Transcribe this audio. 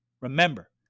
remember